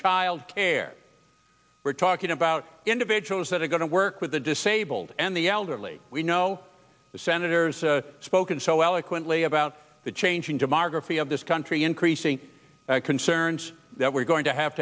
child care we're talking about individuals that are going to work with the disabled and the elderly we know the senator's spoken so eloquently about the changing demography of this country increasing concerns that we're going to have